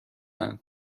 اند